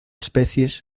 especies